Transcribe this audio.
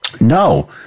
No